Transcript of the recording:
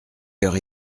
heures